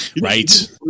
Right